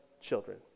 children